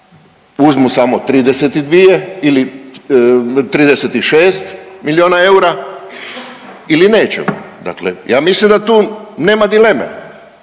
uzmu samo 32 ili 36 miliona eura ili nećemo. Dakle, ja mislim da tu nema dileme.